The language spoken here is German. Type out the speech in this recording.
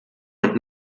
und